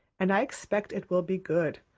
and i expect it will be good,